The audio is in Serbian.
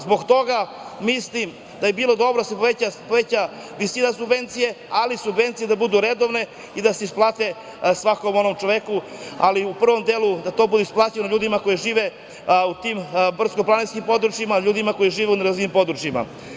Zbog toga mislim da bi bilo dobro da se poveća visina subvencije, ali subvencije da budu redovne i da se isplate svakom onom čoveku, ali u prvom delu da to bude isplativo ljudima koji žive u tim brckoplaninskim područjima, ljudima koji žive u nerazvijenim područjima.